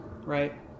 right